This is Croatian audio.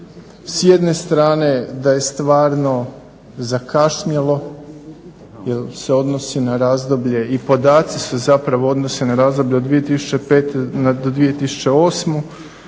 s jedne strane da je stvarno zakašnjelo jel se razdoblje i podaci se zapravo odnose na razdoblje od 2005.-2008.,